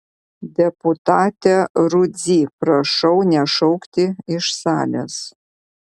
deputate rudzy prašau nešaukti iš salės